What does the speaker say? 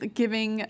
giving